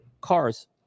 Cars